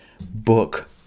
book